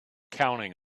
counting